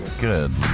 Good